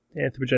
anthropogenic